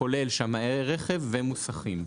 כולל שמאי הרכב ומוסכים.